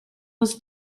was